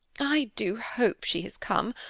i do hope she has come,